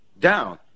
down